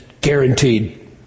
guaranteed